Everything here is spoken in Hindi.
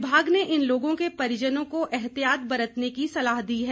विभाग ने इन लोगों के परिजनों को ऐतियात बरतने की सलाह दी है